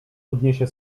odniesie